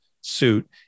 suit